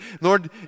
Lord